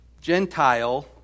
Gentile